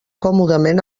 còmodament